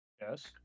Yes